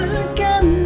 again